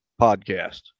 podcast